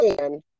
man